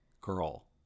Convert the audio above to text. Girl